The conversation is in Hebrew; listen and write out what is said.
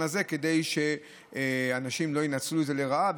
הזה כדי שאנשים לא ינצלו את זה לרעה,